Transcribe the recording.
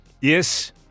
Yes